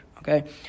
Okay